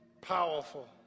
powerful